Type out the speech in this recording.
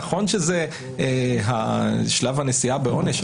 נכון שזה שלב הנשיאה בעונש,